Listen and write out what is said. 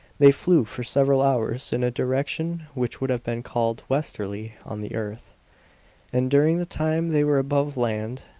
they flew for several hours in a direction which would have been called westerly on the earth and during the time they were above land,